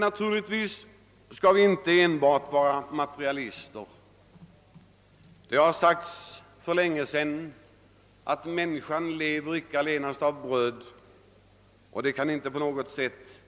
Naturligtvis skall vi inte enbart vara materialister. Det har för länge sedan sagts, att människan icke allenast lever av bröd, och det finns inte på något sätt